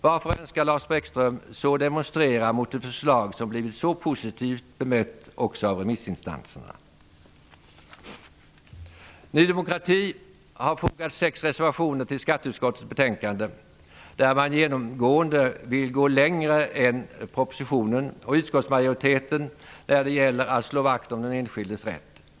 Varför önskar Lars Bäckström så demonstrera mot ett förslag som blivit så positivt bemött också av remissinstanserna? Ny demokrati har fogat sex reservationer till skatteutskottets betänkande där man genomgående vill gå längre än propositionen och utskottsmajoriteten när det gäller att slå vakt om den enskildes rätt.